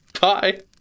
Bye